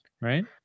Right